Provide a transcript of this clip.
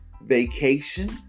vacation